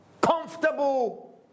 comfortable